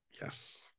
yes